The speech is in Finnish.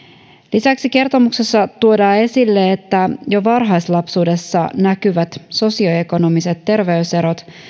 lisäksi kertomuksessa tuodaan esille että jo varhaislapsuudessa näkyvät sosioekonomiset terveyserot